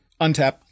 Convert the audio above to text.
untap